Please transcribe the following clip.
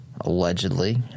allegedly